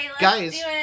guys